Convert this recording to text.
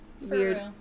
weird